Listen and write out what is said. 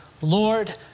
Lord